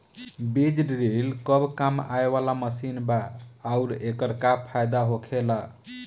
बीज ड्रील कब काम आवे वाला मशीन बा आऊर एकर का फायदा होखेला?